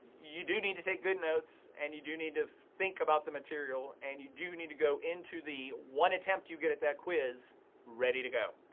you do need to take good notes, and you do need to think about the material. and you do need to go into the one attempt you get at that quiz ready to go.